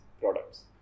products